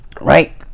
right